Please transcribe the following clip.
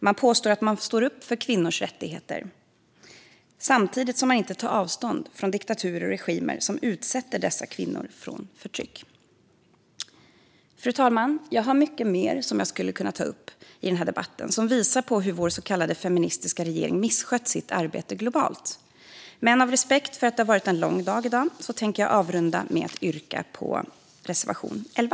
Man påstår att man står upp för kvinnors rättigheter, samtidigt som man inte tar avstånd från diktaturer och regimer som utsätter dessa kvinnor för förtryck. Fru talman! Jag har mycket mer som jag skulle kunna ta upp i den här debatten som visar på hur vår så kallade feministiska regering misskött sitt arbete globalt. Men av respekt för att det varit en lång dag i dag avrundar jag med att yrka bifall till reservation 11.